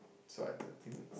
so